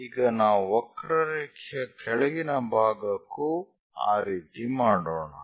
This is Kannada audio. ಈಗ ನಾವು ವಕ್ರರೇಖೆಯ ಕೆಳಗಿನ ಭಾಗಕ್ಕೂ ಆ ರೀತಿ ಮಾಡೋಣ